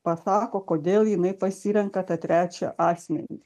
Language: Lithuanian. pasako kodėl jinai pasirenka tą trečią asmenį